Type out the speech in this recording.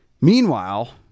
Meanwhile